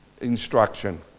Instruction